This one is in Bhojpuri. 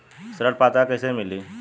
ऋण पात्रता कइसे मिली?